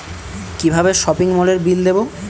কিভাবে সপিং মলের বিল দেবো?